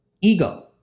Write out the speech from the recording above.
Ego